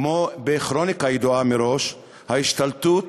כמו בכרוניקה ידועה מראש, ההשתלטות